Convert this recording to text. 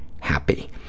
HAPPY